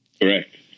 Correct